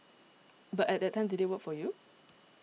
but at that time did it work for you